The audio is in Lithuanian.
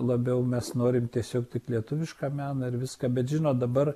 labiau mes norim tiesiog lietuvišką meną ir viską bet žinot dabar